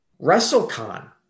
WrestleCon